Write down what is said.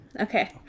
okay